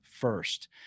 first